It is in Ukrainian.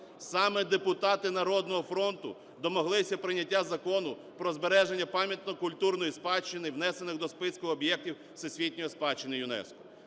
Саме депутати "Народного фронту" домоглися прийняття Закону про збереження пам'яток культурної спадщини, внесених до списку об'єктів всесвітньої спадщини ЮНЕСКО.